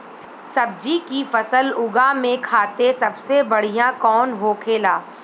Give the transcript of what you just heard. सब्जी की फसल उगा में खाते सबसे बढ़ियां कौन होखेला?